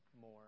more